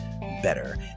better